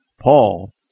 Paul